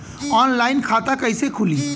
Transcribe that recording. Online खाता कइसे खुली?